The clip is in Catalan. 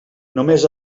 només